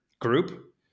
group